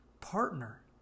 partner